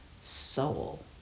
soul